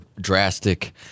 drastic